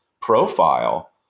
profile